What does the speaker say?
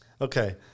Okay